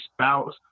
spouse